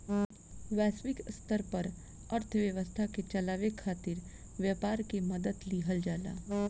वैश्विक स्तर पर अर्थव्यवस्था के चलावे खातिर व्यापार के मदद लिहल जाला